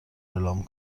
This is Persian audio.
اعلام